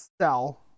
sell